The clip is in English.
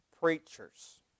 Preachers